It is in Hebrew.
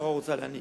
הפרה רוצה להיניק.